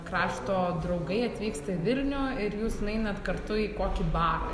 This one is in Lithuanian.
krašto draugai atvyksta į vilnių ir jūs nueinat kartu į kokį barą